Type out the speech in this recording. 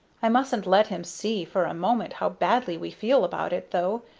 i mustn't let him see for a moment how badly we feel about it, though,